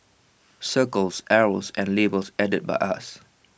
circles arrows and labels added by us